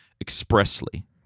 expressly